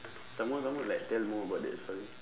some more some more like tell more about that story